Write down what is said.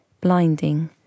blinding